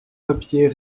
papiers